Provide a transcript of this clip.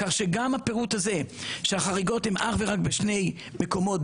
כך שגם הפירוט הזה שהחריגות הן אך ורק בשני מקומות,